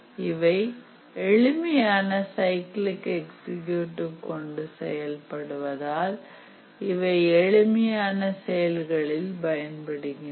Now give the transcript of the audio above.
இவை எளிமையான cyclic executive கொண்டு செய்யப்படுவதால் அவை எளிமையான செயலிகளில் பயன்படுகின்றன